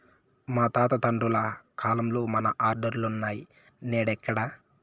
మా తాత తండ్రుల కాలంల మన ఆర్డర్లులున్నై, నేడెక్కడ